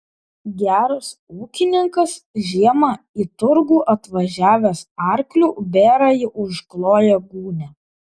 geras ūkininkas žiemą į turgų atvažiavęs arkliu bėrąjį užkloja gūnia